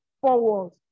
forward